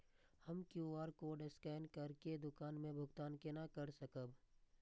हम QR code scan करके दुकान में भुगतान केना कर सकब?